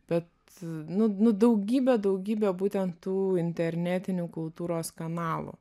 bet nu nu daugybė daugybė būtent tų internetinių kultūros kanalų